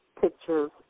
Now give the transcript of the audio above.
pictures